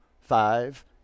five